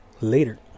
Later